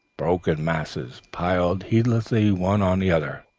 broken masses, piled heedlessly one on the other,